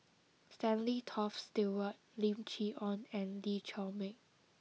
Stanley Toft Stewart Lim Chee Onn and Lee Chiaw Meng